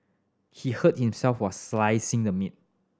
he hurt himself while slicing the meat